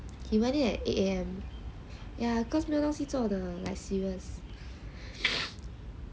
he went in at eight A_M yeah cause 没有东西做的 like serious